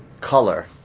color